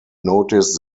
notice